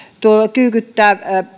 kyykyttää